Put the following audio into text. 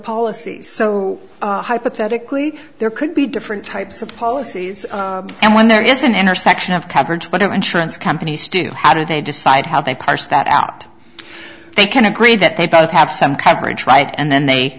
policy so hypothetically there could be different types of policies and when there is an intersection of coverage but the insurance companies do how do they decide how they parse that out they can agree that they both have some coverage right and then they